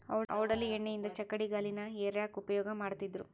ಔಡಲ ಎಣ್ಣಿಯಿಂದ ಚಕ್ಕಡಿಗಾಲಿನ ಹೇರ್ಯಾಕ್ ಉಪಯೋಗ ಮಾಡತ್ತಿದ್ರು